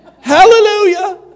Hallelujah